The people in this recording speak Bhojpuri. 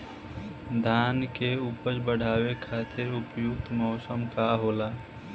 धान के उपज बढ़ावे खातिर उपयुक्त मौसम का होला?